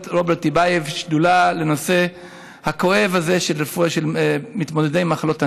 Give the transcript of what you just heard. רוברט טיבייב שדולה לנושא הכואב הזה של מתמודדי מחלות הנפש.